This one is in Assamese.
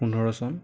পোন্ধৰ চন